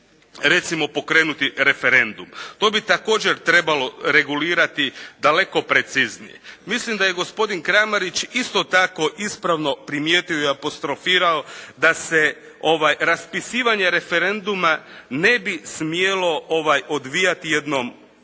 se može pokrenuti referendum, to bi također trebalo regulirati daleko preciznije. Mislim da je gospodin Kramarić isto tako ispravno primijetio i apostrofirao da se raspisivanje referenduma ne bi smelo odvijati jednom